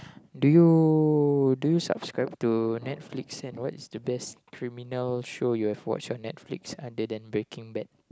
do you so you subscribe to netflix and what is the best criminal show you have watched on netflix other than Breaking Bad